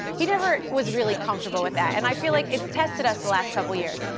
he never was really comfortable with that, and i feel like it's tested us the last couple of years.